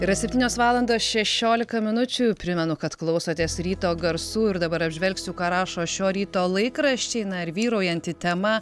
yra septynios valandos šešiolika minučių primenu kad klausotės ryto garsų ir dabar apžvelgsiu ką rašo šio ryto laikraščiai na ir vyraujanti tema